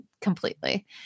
Completely